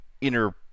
inner